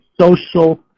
social